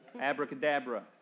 abracadabra